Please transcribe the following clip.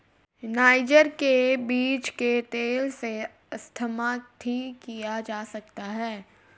niger के बीज के तेल से अस्थमा ठीक करा जा सकता है